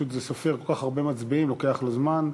זה סופר כל כך הרבה מצביעים, לוקח לו זמן,